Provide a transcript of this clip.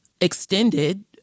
extended